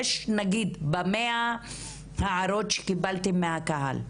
יש נגיד ב-100 הערות שקיבלת מהקהל,